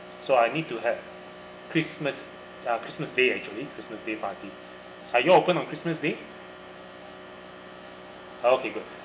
so I need to have christmas uh christmas day actually christmas day party are you all open on christmas day okay good